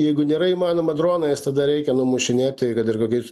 jeigu nėra įmanoma dronais tada reikia numušinėti kad ir kokiais